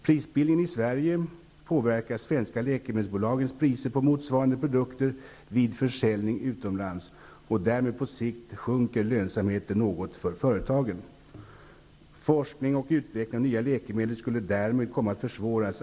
Prisbildningen i Sverige påverkar de svenska läkemedelsbolagens priser på motsvarande produkter vid försäljning utomlands, och därmed sjunker på sikt lönsamheten något för företagen. Inom branschen anser man att forskning och utveckling av nya läkemedel därmed skulle komma att försvåras.